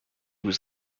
was